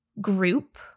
group